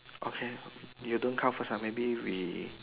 okay you don't count first ah maybe we